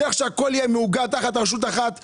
צריך שהכול יהיה מאוגד תחת רשות אחת מסודרת,